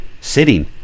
sitting